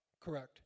Correct